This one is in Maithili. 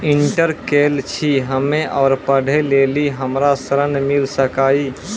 इंटर केल छी हम्मे और पढ़े लेली हमरा ऋण मिल सकाई?